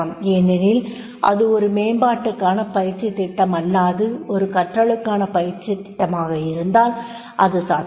ஏனெனில் அது ஒரு மேம்பாட்டுக்கான பயிற்சித் திட்டமல்லாது ஒரு கற்றலுக்கான பயிற்சித் திட்டமாக இருந்தால் அது சாத்தியம்